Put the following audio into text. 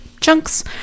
chunks